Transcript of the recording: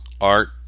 art